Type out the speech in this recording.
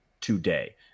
today